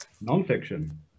non-fiction